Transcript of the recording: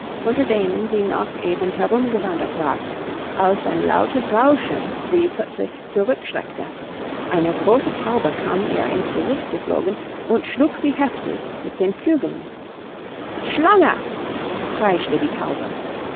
unter denen sie noch eben herumgewandert war als ein lautes rauschen sie plötzlich zurückschreckte eine große taube kam ihr in's gesicht geflogen und schlug sie heftig mit den flügeln schlange kreischte die taube